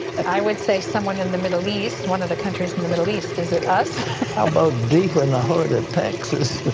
i would say someone in the middle east, one of the countries in the middle east? is it us? pat how about deep ah in the heart of texas.